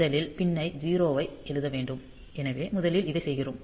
முதலில் பின் னில் 0 ஐ எழுத வேண்டும் எனவே முதலில் இதைச் செய்கிறோம்